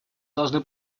должны